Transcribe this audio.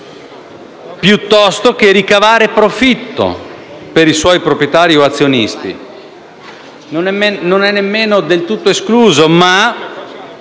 «piuttosto che ricavare profitto per i suoi proprietari o azionisti», che non è nemmeno del tutto escluso.